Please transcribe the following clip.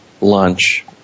lunch